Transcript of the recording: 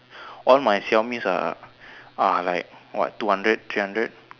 all my Xiaomis are are like what two hundred three hundred